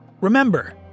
Remember